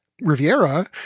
Riviera